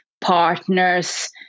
partners